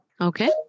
Okay